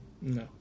No